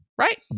right